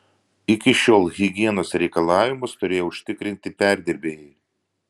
iki šiol higienos reikalavimus turėjo užtikrinti perdirbėjai